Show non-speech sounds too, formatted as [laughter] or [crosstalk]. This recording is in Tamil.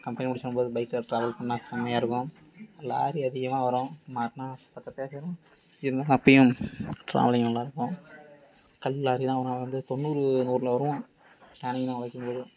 கம்பெனி முடித்து வரும் போது பைகில் ட்ராவல் பண்ணால் செமையாக இருக்கும் லாரி அதிகமாக வரும் மாட்டுனா [unintelligible] அப்போயும் ட்ராவலிங் நல்லாயிருக்கும் கல் லாரி தான் ஆனால் வந்து தொண்ணூறு நூறில் வருவான் டேர்னிங்கில் வளைக்கும் போதும்